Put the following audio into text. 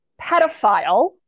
pedophile